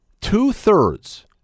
two-thirds